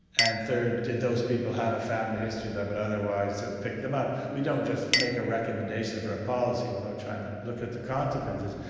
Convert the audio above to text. and third, did those people have a family history that would otherwise have picked them up. we don't just make a recommendation for a policy without trying to look at the consequences.